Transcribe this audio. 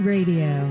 Radio